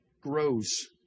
grows